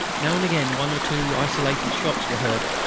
now and again one or two isolated shots were heard.